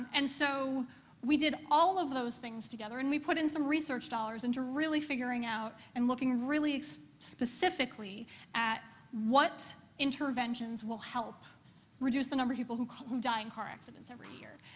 and so we did all of those things together, and we put in some research dollars into really figuring out and looking really specifically at what interventions will help reduce the number of people who who die in car accidents every year.